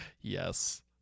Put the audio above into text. Yes